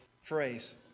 phrase